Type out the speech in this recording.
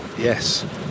Yes